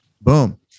boom